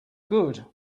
good